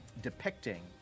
depicting